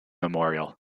memorial